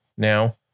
Now